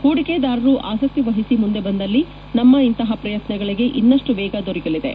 ಪೂಡಿಕೆದಾರರು ಆಸಕ್ತಿ ವಹಿಸಿ ಮುಂದೆ ಬಂದಲ್ಲಿ ನಮ್ನ ಇಂತಹ ಪ್ರಯತ್ನಗಳಿಗೆ ಇನ್ನಷ್ಟು ವೇಗ ದೊರೆಯಲಿದೆ